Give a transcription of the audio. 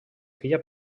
filla